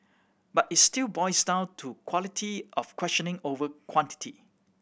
but it still boils down to quality of questioning over quantity